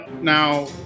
now